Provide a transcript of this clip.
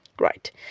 right